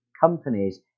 companies